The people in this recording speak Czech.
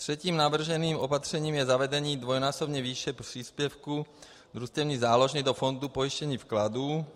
Třetím navrženým opatřením je zavedení dvojnásobné výše příspěvku družstevní záložny do fondu pojištění vkladů.